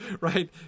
right